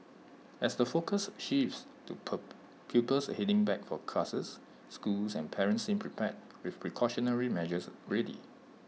as the focus shifts to per pupils heading back for classes schools and parents seem prepared with precautionary measures ready